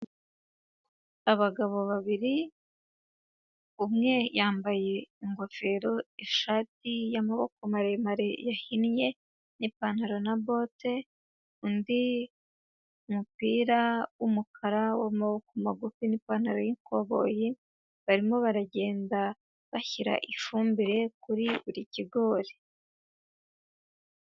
Abagabo babiri, umwe yambaye ingofero, ishati y'amaboko maremare yahinnye n'ipantaro na bote, undi umupira w'umukara w'amaboko magufi n'ipantaro y'ikoboyi, barimo baragenda bashyira ifumbire kuri buri kigori.